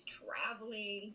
traveling